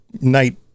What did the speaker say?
night